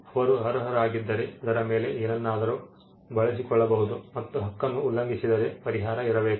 ಅವರು ಅರ್ಹರಾಗಿದ್ದರೆ ಅದರ ಮೇಲೆ ಏನನ್ನಾದರೂ ಬಳಸಿಕೊಳ್ಳಬಹುದು ಮತ್ತು ಹಕ್ಕನ್ನು ಉಲ್ಲಂಘಿಸಿದರೆ ಪರಿಹಾರ ಇರಬೇಕು